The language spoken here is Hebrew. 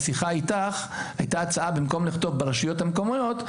בשיחה איתך הייתה הצעה במקום לכתוב "ברשויות המקומיות",